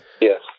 Yes